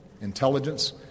intelligence